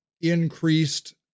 increased